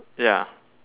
ya